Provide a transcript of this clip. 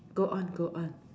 go on go on